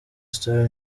star